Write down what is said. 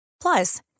Plus